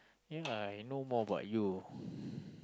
ya lah I know more about you